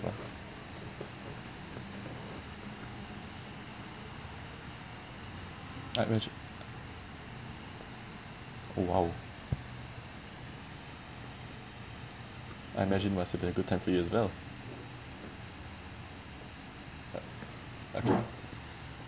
oh !wow! I imagine it must've been a good time for you as well uh okay